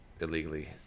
illegally